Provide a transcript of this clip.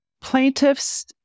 plaintiffs